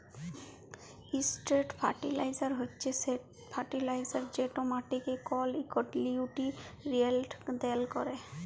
straight fertiliser হছে সে fertiliser যেট মাটিকে কল ইকট লিউটিরিয়েল্ট দাল ক্যরে